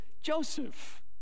Joseph